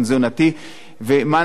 דיברתי לאחרונה עם האוצר,